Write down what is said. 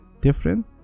different